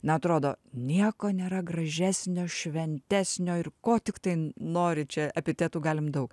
na atrodo nieko nėra gražesnio šventesnio ir ko tiktai nori čia epitetų galim daug